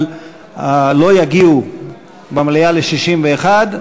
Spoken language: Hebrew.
אבל לא יגיעו במליאה ל-61,